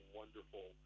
wonderful